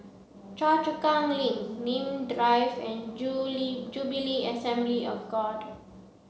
Choa Chu Kang Link Nim Drive and Jubilee Assembly of God